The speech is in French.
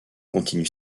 continue